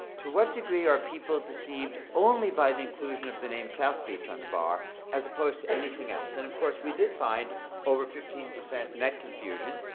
to what degree are people deceived only by the inclusion of the name south beach on the bar as opposed to anything else? and of course, we did find over fifteen percent net confusion,